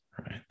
right